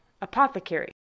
apothecary